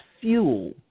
fuel